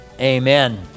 Amen